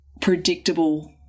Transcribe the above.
predictable